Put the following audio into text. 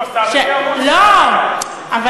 לא, אני לא מאוד נהנית.